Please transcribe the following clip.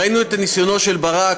ראינו את ניסיונו של ברק.